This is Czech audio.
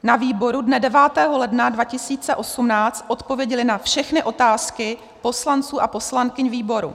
Na výboru dne 9. ledna 2018 odpověděli na všechny otázky poslanců a poslankyň výboru.